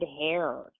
hair